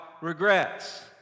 regrets